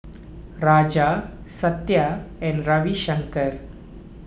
Raja Satya and Ravi Shankar